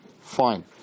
Fine